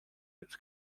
its